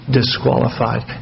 disqualified